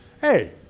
Hey